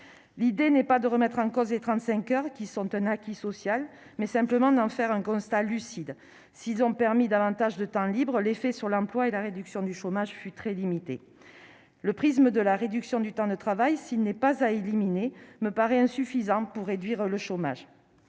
L'idée n'est pas de remettre en cause les 35 heures, qui sont un acquis social, mais simplement d'en dresser un constat lucide : si elles ont permis davantage de temps libre, leur effet sur l'emploi et la réduction du chômage fut très limité. Le prisme de la réduction du temps de travail, s'il n'est pas à éliminer, me paraît insuffisant pour réduire le chômage.